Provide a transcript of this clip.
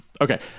okay